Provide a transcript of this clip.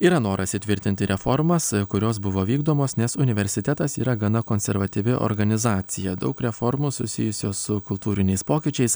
yra noras įtvirtinti reformas kurios buvo vykdomos nes universitetas yra gana konservatyvi organizacija daug reformų susijusių su kultūriniais pokyčiais